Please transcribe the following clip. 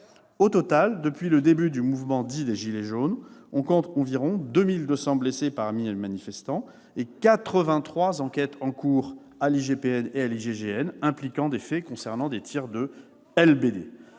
Au total, depuis le début du mouvement dit des « gilets jaunes », on compte environ 2 200 blessés parmi les manifestants et 83 enquêtes en cours à I'IGPN et à l'IGGN impliquant des faits qui ont fait intervenir des tirs de LBD.